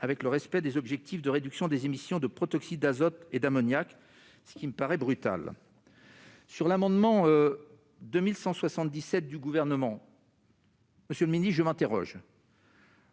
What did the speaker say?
avec le respect des objectifs de réduction des émissions de protoxyde d'azote et d'ammoniac, ce qui me paraît brutal. J'en viens à l'amendement n° 2177 du Gouvernement. Monsieur le ministre, je m'interroge.